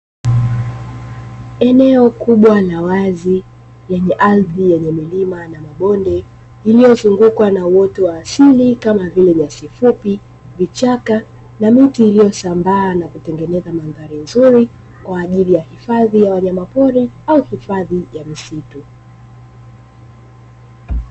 Eneo kubwa la wazi lenye ardhi yenye milima na mabonde iliyo zungukwa na uoto wa asili kama vile nyasi fupi, vichaka na miti iliyo sambaa na kutengeneza madhari nzuri kwa ajili ya hifadhi ya wanyama pori au hifadhi ya misitu.